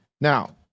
Now